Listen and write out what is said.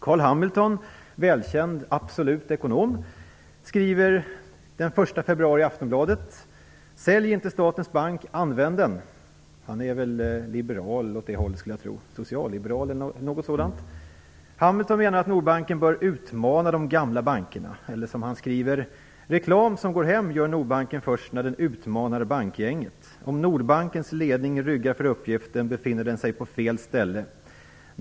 Carl Hamilton, välkänd "absolut" ekonom, skriver den 1 februari i Aftonbladet: Sälj inte statens bank! Använd den! Jag skulle tro att han är socialliberal. Hamilton menar att Nordbanken bör utmana de gamla bankerna och skriver: Reklam som går hem gör Nordbanken först när den utmanar bankgänget. Om Nordbankens ledning ryggar för uppgiften befinner den sig på fel ställe.